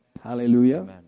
Hallelujah